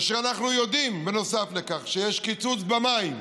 כאשר אנחנו יודעים שבנוסף לכך יש קיצוץ במים,